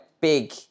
big